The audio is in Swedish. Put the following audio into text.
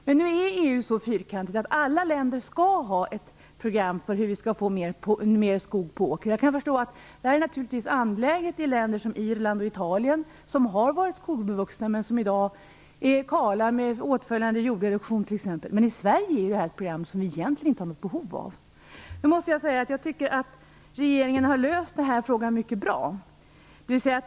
Men nu är EU så fyrkantigt att alla länder skall ha ett program för hur vi skall få mer skog på åker. Detta är naturligtvis angeläget i länder som Irland och Italien, som har varit skogbevuxna men som i dag är kala med åtföljande jorderosion, t.ex. Men i Sverige är det ett program som vi egentligen inte har något behov av. Jag tycker att regeringen har löst den här frågan mycket bra.